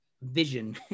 vision